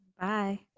Bye